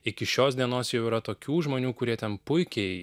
iki šios dienos jau yra tokių žmonių kurie ten puikiai